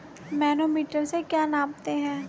Manometer से क्या नापते हैं?